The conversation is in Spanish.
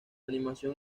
animación